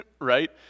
right